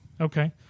Okay